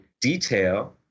detail